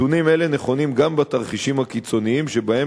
נתונים אלה נכונים גם בתרחישים הקיצוניים שבהם